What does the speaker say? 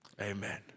Amen